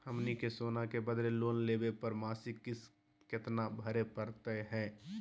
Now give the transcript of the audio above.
हमनी के सोना के बदले लोन लेवे पर मासिक किस्त केतना भरै परतही हे?